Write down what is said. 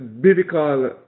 Biblical